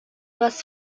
was